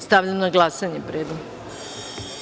Stavljam na glasanje predlog.